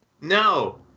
No